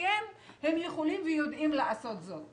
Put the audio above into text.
שכן הם יכולים ויודעים לעשות זאת.